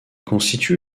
constitue